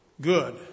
Good